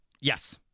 Yes